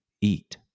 eat